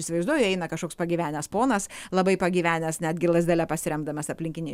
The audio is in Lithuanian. įsivaizduoju eina kažkoks pagyvenęs ponas labai pagyvenęs netgi lazdele pasiremdamas aplinkiniai